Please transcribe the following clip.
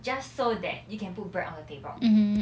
just so that you can put bread on the table